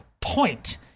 point